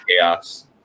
chaos